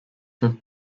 have